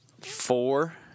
four